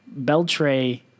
Beltray